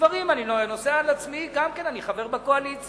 אני נושא על עצמי גם כן, אני חבר בקואליציה,